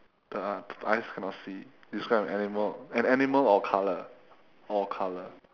the eyes cannot see describe an animal an animal or color or color